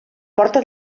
porta